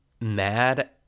mad